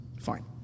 Fine